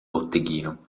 botteghino